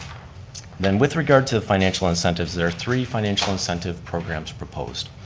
then with regard to the financial incentives, there are three financial incentive programs proposed.